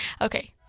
okay